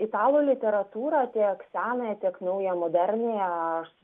italų literatūrą tiek senąją tiek naują moderniąją aš